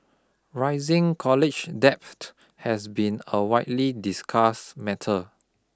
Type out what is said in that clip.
rising college debt has been a widely discuss matter